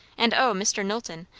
and o, mr. knowlton,